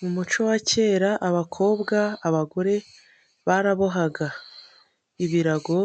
Mu muco wa kera abakobwa, abagore, barabohaga. Ibirago,